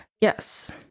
Yes